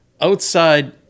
outside